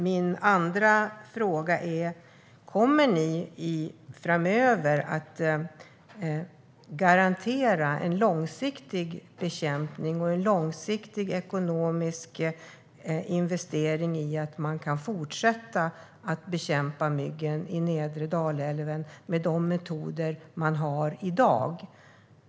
Min andra fråga är: Kommer ni framöver att garantera en långsiktig bekämpning och en långsiktig ekonomisk investering, så att man kan fortsätta att bekämpa myggen vid nedre Dalälven med de metoder man använder i dag?